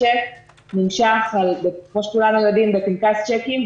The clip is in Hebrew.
צ'ק נמשך בפנקס צ'קים,